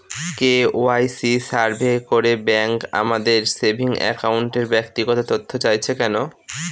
KYC survey করে bank আমাদের saving অ্যাকাউন্টের ব্যক্তিগত তথ্য চাইছে কেন?